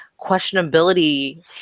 questionability